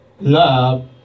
love